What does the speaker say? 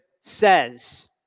says